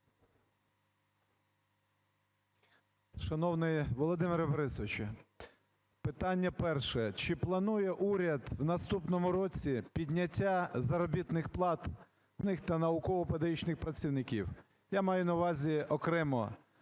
Шановний Володимире Борисовичу, питання перше. Чи планує уряд в наступному році підняття заробітних плат для педагогічних та науково-педагогічних працівників? Я маю на увазі окремо